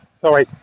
Sorry